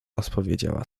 odpowiedziała